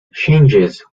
changes